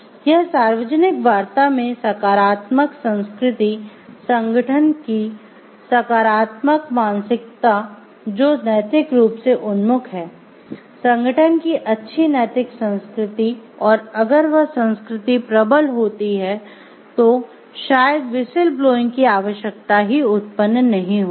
यह सार्वजनिक वार्ता में सकारात्मक संस्कृति संगठन की सकारात्मक मानसिकता जो नैतिक रूप से उन्मुख है संगठन की अच्छी नैतिक संस्कृति और अगर वह संस्कृति प्रबल होती है तो शायद व्हिसिल ब्लोइंग की आवश्यकता ही उत्पन्न नहीं होगी